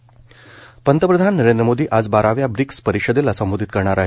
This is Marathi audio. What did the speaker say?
ब्रिक्स परिषद पंतप्रधान नरेंद्र मोदी आज बाराव्या ब्रिक्स परिषदेला संबोधित करणार आहेत